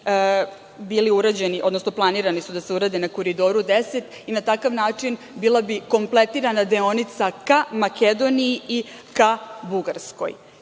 bili urađeni, odnosno planirani su da se urade na Koridoru 10 i na takav način bila bi kompletirana deonica ka Makedoniji i ka Bugarskoj.